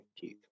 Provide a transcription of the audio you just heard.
Keith